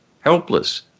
helpless